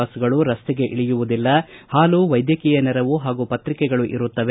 ಬಸ್ಗಳು ರಸ್ತೆಗೆ ಇಳಿಯುವುದಿಲ್ಲ ಹಾಲು ವೈದ್ವಕೀಯ ನೆರವು ಹಾಗೂ ಪತ್ರಿಕೆಗಳು ಇರುತ್ತವೆ